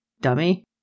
dummy